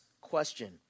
question